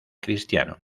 cristiano